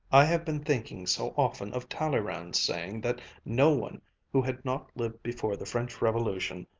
i have been thinking so often of talleyrand's saying that no one who had not lived before the french revolution,